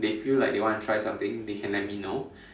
they feel like they want to try something they can let me know